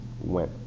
went